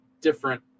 different